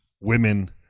women